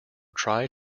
tried